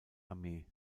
armee